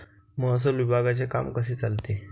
महसूल विभागाचे काम कसे चालते?